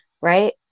right